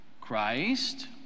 Christ